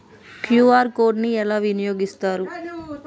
QR code ని ఎలా వినియోగిస్తారు?